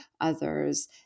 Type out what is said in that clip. others